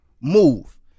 move